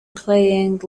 playing